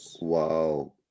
Wow